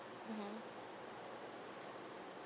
mmhmm